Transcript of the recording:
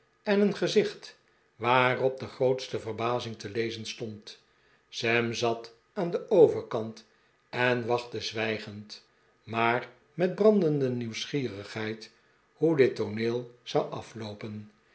en een gezicht waarop de grootste verbazing te lezen stond sam zat aan den overkant en wachtte zwijgend maar met brandende nieuwsgierigheid hoe dit tooneel zou afloopen